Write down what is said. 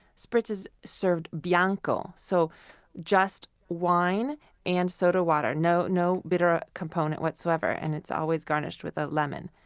spritz is served bianco, so just wine and soda water. no no bitter component whatsoever, and it's always garnished with a lemon.